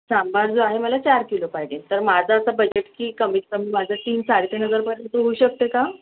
सांबार जो आहे तो मला चार किलो पाहिजे तर माझं असं बजेट की कमीत कमी माझं तीन साडे तीन हजारपर्यंत होऊ शकते का